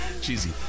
cheesy